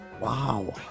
Wow